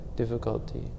Difficulty